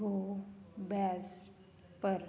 gobstopper